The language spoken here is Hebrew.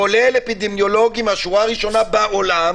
כולל אפידמיולוגים מהשורה הראשונה בעולם